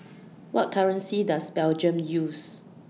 What currency Does Belgium use